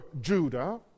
Judah